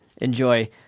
Enjoy